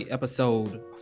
Episode